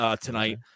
tonight